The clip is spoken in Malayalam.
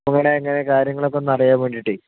എങ്ങനെയാ കാര്യങ്ങളൊക്കെ ഒന്ന് അറിയാൻ വേണ്ടിയിട്ട്